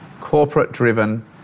corporate-driven